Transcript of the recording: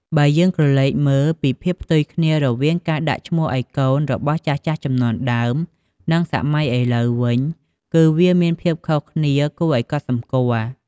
បើយើងក្រឡេកមើលពីភាពផ្ទុយគ្នារវាងការដាក់ឈ្មោះឱ្យកូនរបស់ចាស់ៗជំនាន់ដើម និងសម័យឥឡូវវិញ គឺវាមានភាពខុសគ្នាគួរឱ្យកត់សម្គាល់។